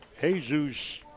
Jesus